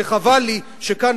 וחבל לי שכאן,